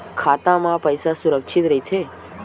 खाता मा पईसा सुरक्षित राइथे?